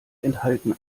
enthalten